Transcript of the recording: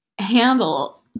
handle